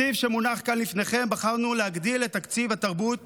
בתקציב שמונח כאן לפניכם בחרנו להגדיל את תקציב התרבות